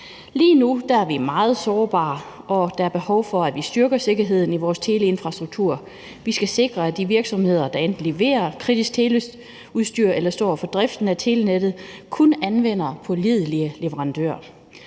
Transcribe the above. Lige nu er vi meget sårbare, og der er behov for, at vi styrker sikkerheden i vores teleinfrastruktur. Vi skal sikre, at de virksomheder, der enten leverer kritisk teleudstyr eller står for driften af telenettet, kun anvender pålidelige leverandører.